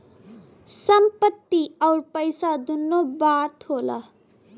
संपत्ति अउर पइसा दुन्नो बात होला